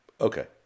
Okay